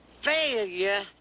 failure